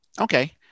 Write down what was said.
Okay